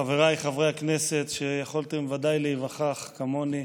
חבריי חברי הכנסת, שיכולתם ודאי להיווכח, כמוני,